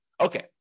Okay